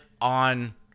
on